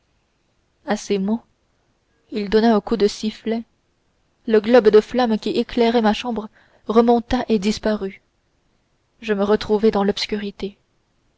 à ces mots il donna un coup de sifflet le globe de flamme qui éclairait ma chambre remonta et disparut je me retrouvai dans l'obscurité